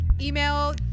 email